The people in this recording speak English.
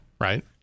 right